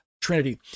Trinity